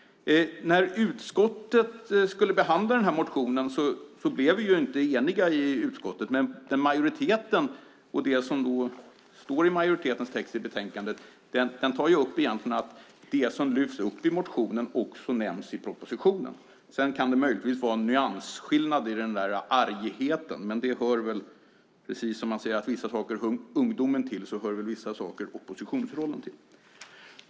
När utskottet skulle behandla motionen blev vi inte eniga. Majoriteten och majoritetstexten i betänkandet tar egentligen upp att det som lyfts fram i motionen också nämns i propositionen. Möjligtvis kan det finnas en nyansskillnad i argheten, men precis som man säger att vissa saker hör ungdomen till hör väl vissa saker oppositionsrollen till.